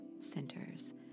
centers